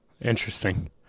Interesting